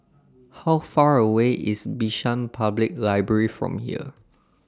How Far away IS Bishan Public Library from here